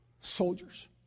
soldiers